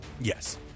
Yes